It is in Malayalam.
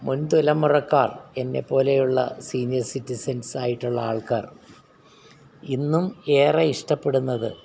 മുൻതലമുറക്കാർ എന്നെ പോലെ ഉള്ള സീനിയർ സിറ്റിസൺസായിട്ടുള്ള ആൾക്കാർ ഇന്നും ഏറെ ഇഷ്ടപ്പെടുന്നത്